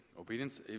obedience